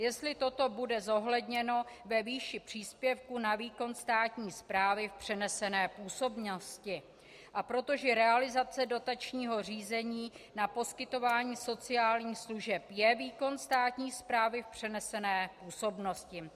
Jestli toto bude zohledněno ve výši příspěvků na výkon státní správy v přenesené působnosti, a protože realizace dotačního řízení na poskytování sociálních služeb je výkon státní správy v přenesené působnosti.